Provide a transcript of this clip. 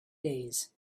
days